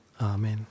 Amen